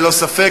ללא ספק",